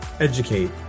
educate